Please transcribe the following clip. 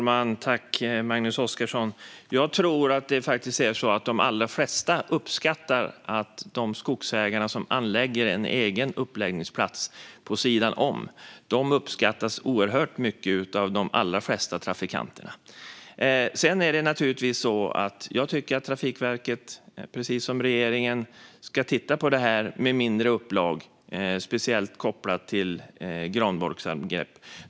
Fru talman! Jag tror faktiskt att de allra flesta uppskattar skogsägare som anlägger en egen uppläggningsplats vid sidan av. Det uppskattas oerhört mycket av de allra flesta trafikanter. Sedan tycker jag naturligtvis att Trafikverket, precis som regeringen, ska titta på det här med mindre upplag, speciellt kopplade till granbarkborreangrepp.